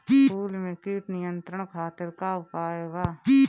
फूल में कीट नियंत्रण खातिर का उपाय बा?